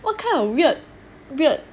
what kind of weird weird